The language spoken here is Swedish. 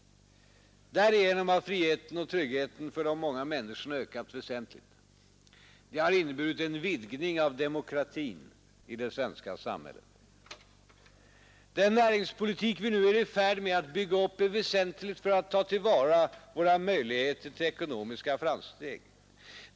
Därigenom har friheten och tryggheten för de många människorna ökat väsentligt. Det har inneburit en vidgning av demokratin i det svenska samhället. Den näringspolitik vi nu är i färd med att bygga upp är väsentlig för att ta till vara våra möjligheter till ekonomiska framsteg.